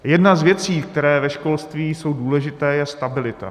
Jedna z věcí, které ve školství jsou důležité, je stabilita.